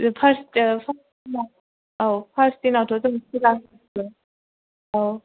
बे फार्स्ट दिनाव औ फार्स्ट दिनावथ' जों फुजा होयो औ